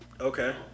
Okay